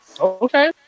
Okay